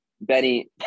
benny